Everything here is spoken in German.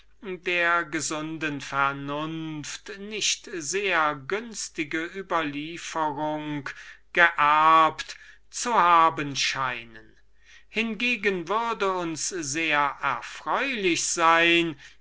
der gesunden vernunft nicht sehr günstige überlieferung geerbt zu haben scheinen hingegen würde uns sehr erfreulich sein